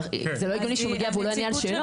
זה לא הגיוני שהוא מגיע והוא לא יענה על שאלות.